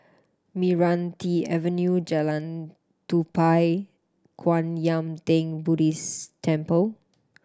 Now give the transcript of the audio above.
Meranti Avenue Jalan Tupai Kwan Yam Theng Buddhist Temple